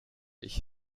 ich